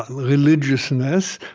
religiousness,